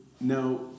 now